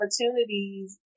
opportunities